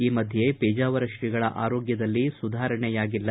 ಈ ಮಧ್ಯೆ ಪೇಜಾವರ ಶ್ರೀಗಳ ಆರೋಗ್ಯದಲ್ಲಿ ಸುಧಾರಣೆ ಯಾಗಿಲ್ಲ